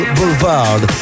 Boulevard